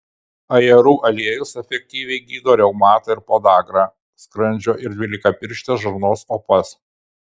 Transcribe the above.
ajerų aliejus efektyviai gydo reumatą ir podagrą skrandžio ir dvylikapirštės žarnos opas